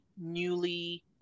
newly